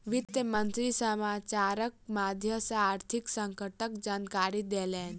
वित्त मंत्री समाचारक माध्यम सॅ आर्थिक संकटक जानकारी देलैन